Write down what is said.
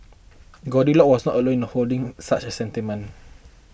Goldilocks was not alone in holding such a sentiment